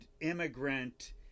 immigrant